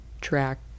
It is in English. track